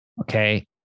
Okay